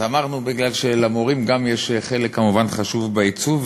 אז אמרנו: כי גם למורים יש חלק חשוב בעיצוב.